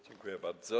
Dziękuję bardzo.